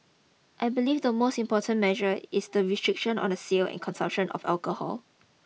I believe the most important measure is the restriction on the sale and consumption of alcohol